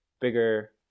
bigger